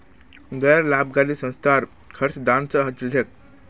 गैर लाभकारी संस्थार खर्च दान स चल छेक